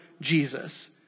Jesus